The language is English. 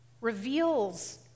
reveals